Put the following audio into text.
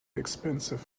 expensive